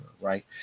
right